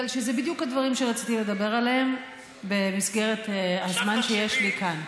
בגלל שאלה בדיוק הדברים שרציתי לדבר עליהם במסגרת הזמן שיש לי כאן.